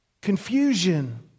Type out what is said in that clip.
confusion